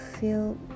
feel